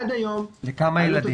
עד היום ה- -- תוקצבה,